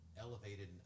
elevated